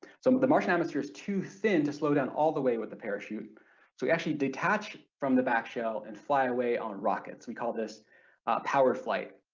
so but the martian atmosphere is too thin to slow down all the way with the parachute so we actually detach from the back shell and fly away on rockets, we call this powered flight.